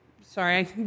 sorry